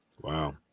Wow